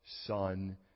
Son